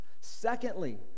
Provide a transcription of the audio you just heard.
Secondly